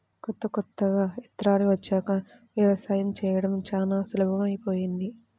కొత్త కొత్త యంత్రాలు వచ్చాక యవసాయం చేయడం చానా సులభమైపొయ్యింది